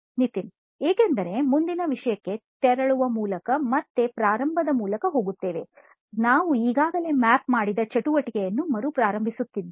ನಿತಿನ್ ಏಕೆಂದರೆ ಮುಂದಿನ ವಿಷಯಕ್ಕೆ ತೆರಳುವ ಮೂಲಕ ಮತ್ತೆ ಪ್ರಾರಂಭದ ಮೂಲಕ ಹೋಗುತ್ತೇವೆ ನಾವು ಈಗಾಗಲೇ ಮ್ಯಾಪ್ ಮಾಡಿದ ಚಟುವಟಿಕೆಯನ್ನು ಮರುಪ್ರಾರಂಭಿಸುತ್ತೇವೆ